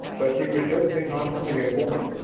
but she was certainly not only a woman,